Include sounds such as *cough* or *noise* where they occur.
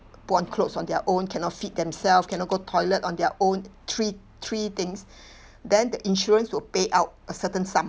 put on clothes on their own cannot feed themselves cannot go toilet on their own three three things *breath* then the insurance will pay out a certain sum